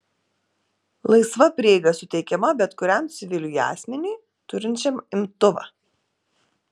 laisva prieiga suteikiama bet kuriam civiliui asmeniui turinčiam imtuvą